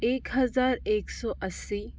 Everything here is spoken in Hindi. एक हज़ार एक सौ अस्सी